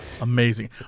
Amazing